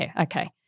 okay